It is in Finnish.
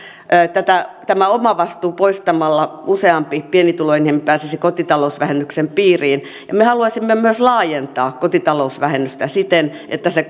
omavastuun poistamisella useampi pienituloinen pääsisi kotitalousvähennyksen piiriin ja me haluaisimme laajentaa kotitalousvähennystä myös siten että se